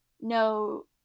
no